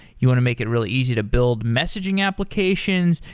you want to make it really easy to build messaging applications.